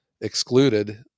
excluded